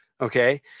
Okay